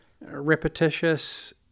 repetitious